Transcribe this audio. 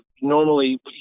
normally